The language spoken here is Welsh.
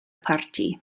parti